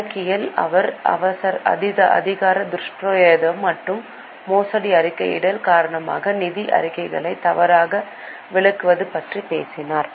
கணக்கியலில் அவர் அதிகார துஷ்பிரயோகம் மற்றும் மோசடி அறிக்கையிடல் காரணமாக நிதி அறிக்கைகளை தவறாக விளக்குவது பற்றி பேசினார்